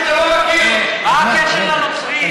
נוצרים, מה הקשר לנוצרים?